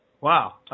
Wow